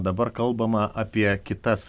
dabar kalbama apie kitas